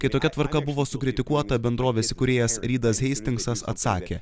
kai tokia tvarka buvo sukritikuota bendrovės įkūrėjas ridas heistingsas atsakė